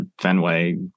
Fenway